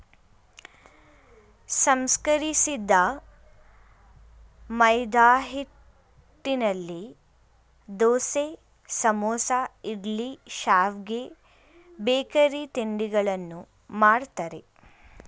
ಸಂಸ್ಕರಿಸಿದ ಮೈದಾಹಿಟ್ಟಿನಲ್ಲಿ ದೋಸೆ, ಸಮೋಸ, ಇಡ್ಲಿ, ಶಾವ್ಗೆ, ಬೇಕರಿ ತಿಂಡಿಗಳನ್ನು ಮಾಡ್ತರೆ